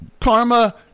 karma